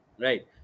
Right